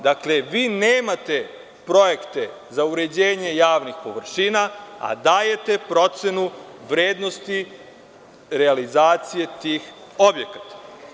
Dakle, vi nemate projekte za uređenje javnih površina, a dajte procenu vrednosti realizacije tih objekata.